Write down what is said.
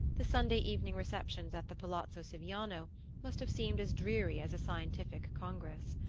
the sunday evening receptions at the palazzo siviano must have seemed as dreary as a scientific congress.